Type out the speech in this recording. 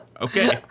Okay